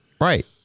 right